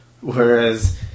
whereas